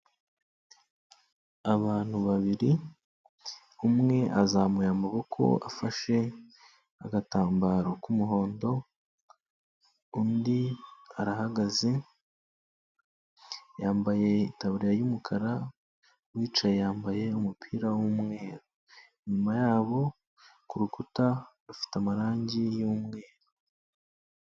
Abantu babiri, umwe azamuye amaboko afashe agatambaro k'umuhondo, undi arahagaze yambaye itaburiya y'umukara, uwicaye yambaye n'umupira w'umweru, inyuma yabo ku rukuta rufite amarangi y'umweru.